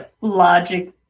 logic